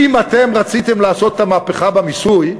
אם רציתם לעשות את המהפכה במיסוי,